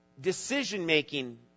Decision-making